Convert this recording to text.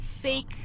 fake